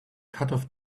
cutoff